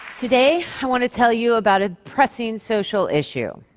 today, i want to tell you about a pressing social issue.